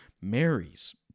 marries